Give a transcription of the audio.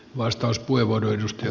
arvoisa puhemies